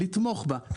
לתמוך בה,